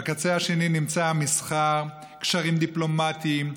בקצה השני נמצאים המסחר, קשרים דיפלומטיים.